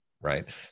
right